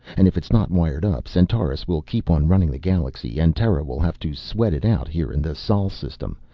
and if it's not wired up centaurus will keep on running the galaxy and terra will have to sweat it out here in the sol system.